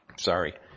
Sorry